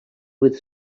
with